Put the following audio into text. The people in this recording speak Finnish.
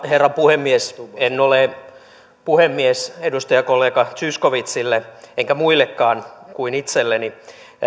herra puhemies en ole puhemies edustajakollega zyskowiczille enkä muillekaan kuin itselleni